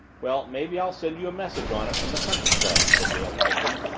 well, maybe i'll send you a message on it from the country club, said dale lightly.